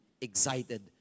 excited